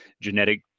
genetic